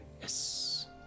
Yes